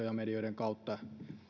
ja medioiden kautta